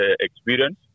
experience